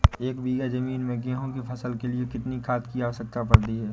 एक बीघा ज़मीन में गेहूँ की फसल के लिए कितनी खाद की आवश्यकता पड़ती है?